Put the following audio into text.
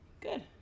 Good